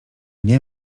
nie